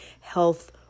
health